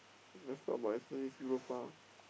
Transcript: let's talk about yesterday's Europa